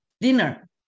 dinner